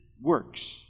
works